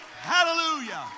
Hallelujah